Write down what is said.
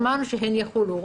אמרנו שהן יחולו.